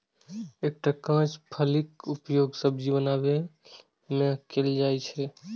एकर कांच फलीक उपयोग सब्जी बनबै मे कैल जाइ छै